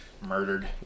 murdered